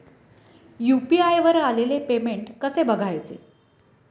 UPI वर आलेले payment कसे बघायचे?